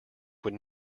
would